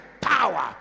power